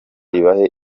ibahe